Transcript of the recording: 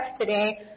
today